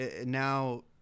now